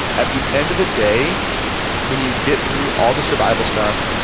at the end of the day when you get through all the survival stuff,